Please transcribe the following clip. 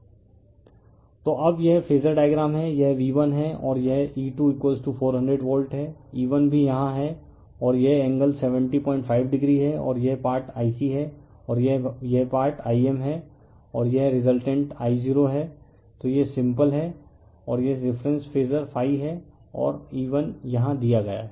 refer slide time 2901 तो अब यह फेजर डायग्राम है यह V1 है और यह E2 400 वोल्ट है E1 भी यहाँ है और यह एंगल 705 o है और यह पार्ट Ic है और यह पार्ट I m है और यह रिजलटेंट I0 है तो यह सिंपल है और यह रिफ़रेंस फेजर है और E1 यहां दिया गया है